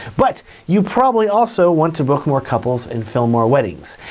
but you probably also want to book more couples and fill more weddings.